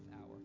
hour